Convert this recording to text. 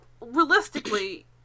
realistically